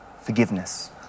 forgiveness